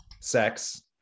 sex